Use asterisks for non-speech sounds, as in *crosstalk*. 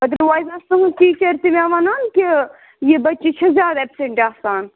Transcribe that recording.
other وَایز *unintelligible* teacher تہِ مےٚ وَنان کہِ یہِ بَچی چھِ زیادٕ اٮ۪پسٮ۪نٛٹ آسان